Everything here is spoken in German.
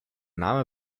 name